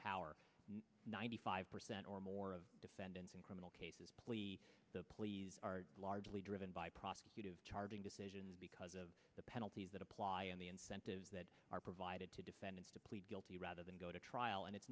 power ninety five percent or more of defendants in criminal cases plea pleas are largely driven by profit charging decision because of the penalties that apply and the incentives that are provided to defendants to plead guilty rather than go to trial and it's